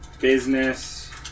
business